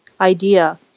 idea